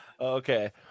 Okay